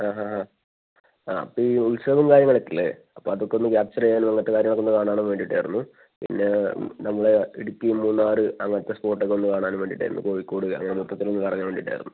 ആ ഹാ ഹാ ആ ആപ്പയീ ഉത്സവോം കാര്യങ്ങളൊക്കെയില്ലേ അപ്പോൾ അതൊക്കൊന്ന് ക്യാപ്ച്ർ ചെയ്യാൻ മറ്റ് കാര്യങ്ങളൊക്കെയൊന്ന് കാണാനും വേണ്ടീട്ടാരുന്നു പിന്നെ നമ്മൾ ഇടുക്കി മൂന്നാറ് അങ്ങൻത്തെ സ്പോട്ടൊക്കെയൊന്നു കാണാനും വേണ്ടീട്ടാരുന്നു കോഴിക്കോട് അങ്ങനെ മൊത്തത്തിലൊന്ന് കറങ്ങാൻ വേണ്ടീട്ടാരുന്നു